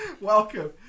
Welcome